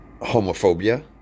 homophobia